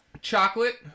chocolate